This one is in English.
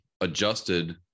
adjusted